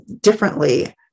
differently